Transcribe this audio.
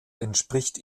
entspricht